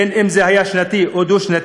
בין אם זה היה שנתי או דו-שנתי,